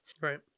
right